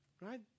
Right